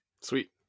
Sweet